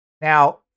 now